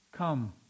Come